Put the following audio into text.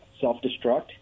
self-destruct